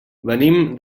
venim